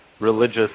religious